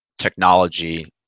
technology